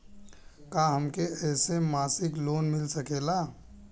का हमके ऐसे मासिक लोन मिल सकेला?